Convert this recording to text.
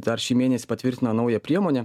dar šį mėnesį patvirtino naują priemonę